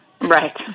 right